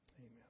amen